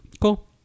cool